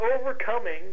overcoming